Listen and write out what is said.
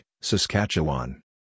Saskatchewan